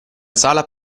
sala